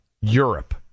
Europe